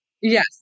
Yes